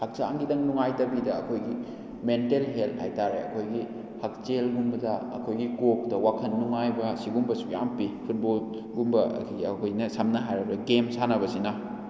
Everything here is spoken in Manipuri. ꯍꯛꯆꯥꯡꯒꯤꯗꯪ ꯅꯨꯡꯉꯥꯏꯇꯕꯤꯗ ꯑꯩꯈꯣꯏꯒꯤ ꯃꯦꯟꯇꯦꯜ ꯍꯦꯜꯊ ꯍꯥꯏꯇꯥꯔꯦ ꯑꯩꯈꯣꯏꯒꯤ ꯍꯛꯁꯦꯜꯒꯨꯝꯕꯗ ꯑꯩꯈꯣꯏꯒꯤ ꯀꯣꯛꯇ ꯋꯥꯈꯟ ꯅꯨꯡꯉꯥꯏꯕ ꯁꯤꯒꯨꯝꯕꯁꯨ ꯌꯥꯝ ꯄꯤ ꯐꯨꯠꯕꯣꯜ ꯒꯨꯝꯕ ꯍꯥꯏꯗꯤ ꯑꯩꯈꯣꯏꯅ ꯁꯝꯅ ꯍꯥꯏꯔꯕ ꯒꯦꯝ ꯁꯥꯟꯅꯕꯁꯤꯅ